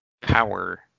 power